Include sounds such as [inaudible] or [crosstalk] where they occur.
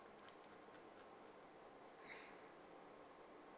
[breath]